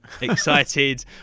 excited